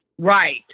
right